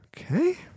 Okay